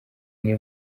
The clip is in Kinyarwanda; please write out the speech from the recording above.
amwe